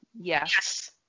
Yes